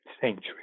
century